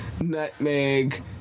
nutmeg